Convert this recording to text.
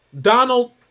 Donald